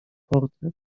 portret